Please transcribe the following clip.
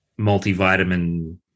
multivitamin